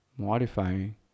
modifying